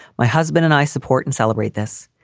my husband and i support and celebrate this.